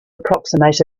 approximate